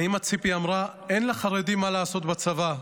האימא ציפי אמרה: אין לחרדים מה לעשות בצבא,